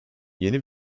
yeni